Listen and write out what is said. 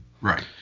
Right